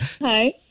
Hi